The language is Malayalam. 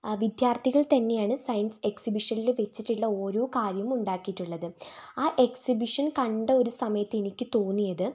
വിദ്യാർത്ഥികൾ തന്നെയാണ് സയൻസ് എക്സിബിഷനിൽ വച്ചിട്ടുള്ള ഓരോ കാര്യവും ഉണ്ടാക്കിയിട്ടുള്ളത് ആ എക്സബിഷൻ കണ്ട ഒരു സമയത്ത് എനിക്ക് തോന്നിയത്